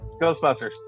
Ghostbusters